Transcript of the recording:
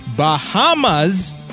Bahamas